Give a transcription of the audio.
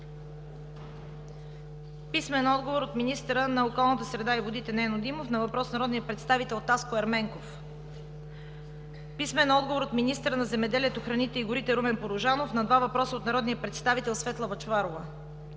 Сабанов; - министъра на околната среда и водите Нено Димов на въпрос от народния представител Таско Ерменков; - министъра на земеделието, храните и горите Румен Порожанов на два въпроса от народния представител Светла Бъчварова;